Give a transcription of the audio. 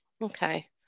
Okay